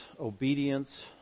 obedience